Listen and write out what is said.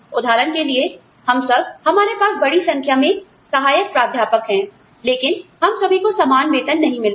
उदाहरण के लिए हम सब आप जानते हैं हमारे पास बड़ी संख्या में सहायक प्राध्यापक हैं लेकिन हम सभी को समान वेतन नहीं मिलता